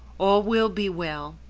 all will be well,